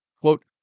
Quote